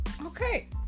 Okay